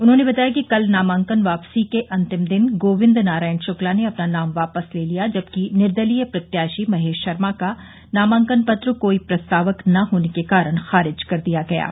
उन्होंने बताया कि कल नामांकन वापसी के अंतिम दिन गोविन्द नारायण शुक्ला ने अपना नाम वापस ले लिया जबकि निर्दलीय प्रत्याशी महेश शर्मा का नामांकन पत्र कोई प्रस्तावक न होने के कारण खारिज कर दिया गया था